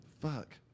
Fuck